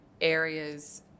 areas